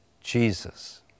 Jesus